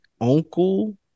uncle